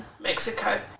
Mexico